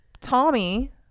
Tommy